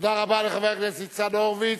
תודה רבה לחבר הכנסת ניצן הורוביץ.